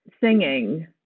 singing